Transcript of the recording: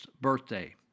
birthday